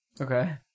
Okay